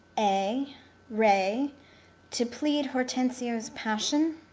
a re to plead hortensio's passion